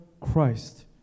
Christ